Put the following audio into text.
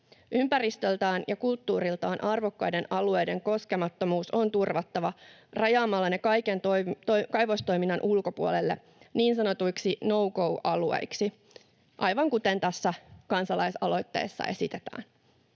Ympäristöltään ja kulttuuriltaan arvokkaiden alueiden koskemattomuus on turvattava rajaamalla ne kaiken kaivostoiminnan ulkopuolelle niin sanotuiksi no-go-alueiksi, aivan kuten tässä kansalaisaloitteessa esitetään.